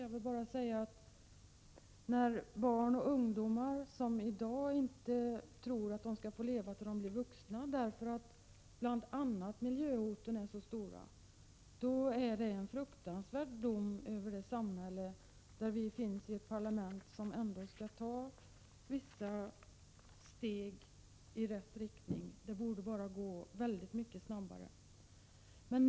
Om en produkt blir godkänd är det inget som hindrar att olika företag Kemikaliek emikaliekontroll saluhåller en sådan produkt, om produkten svarar mot de regler som Jag vill bara säga att när barn och ungdomar i dag inte tror att de skall få leva tills de blir vuxna, bl.a. därför att miljöhoten är så stora, så är det en fruktansvärd dom över det samhälle där vi finns i ett parlament som shall ta vissa steg i rätt riktning. Det borde gå mycket snabbare.